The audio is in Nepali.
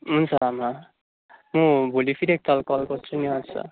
हुन्छ आमा म भोलि फेरि एक ताल कल गर्छु नि हजुर